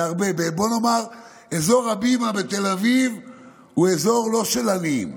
בואו נאמר שאזור הבימה בתל אביב הוא לא אזור של עניים,